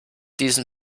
diesen